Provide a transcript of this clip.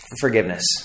Forgiveness